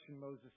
Moses